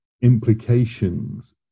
implications